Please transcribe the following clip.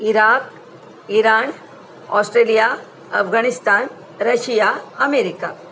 Iraq Iran Australia Afghanistan Russia America